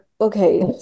okay